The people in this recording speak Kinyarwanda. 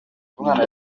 kunga